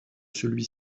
celui